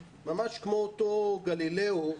ממש כמו אותו גלילאו.